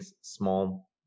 small